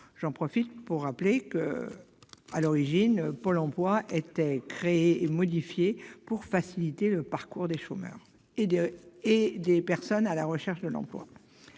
J'en profite pour rappeler que, à l'origine, Pôle emploi a été créé pour faciliter le parcours des chômeurs et des personnes à la recherche d'un emploi.